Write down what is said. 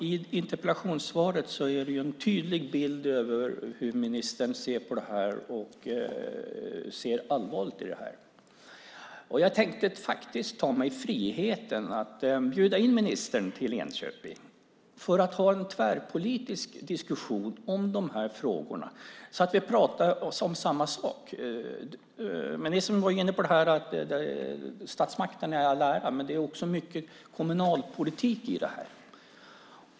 I interpellationssvaret ges, som sagt, en tydlig bild av hur ministern ser på detta och att han också ser allvarligt på det. Jag tänkte därför ta mig friheten att bjuda in ministern till Enköping för en tvärpolitisk diskussion om dessa frågor så att vi verkligen talar om samma sak. Statsmakten i all ära, som ministern var inne på, men det finns även mycket kommunalpolitik i detta.